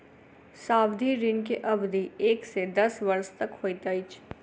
सावधि ऋण के अवधि एक से दस वर्ष तक होइत अछि